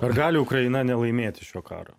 ar gali ukraina nelaimėti šio karo